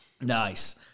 Nice